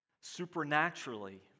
supernaturally